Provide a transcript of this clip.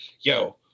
yo